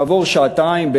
כעבור שעתיים,